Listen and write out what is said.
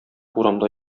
урамда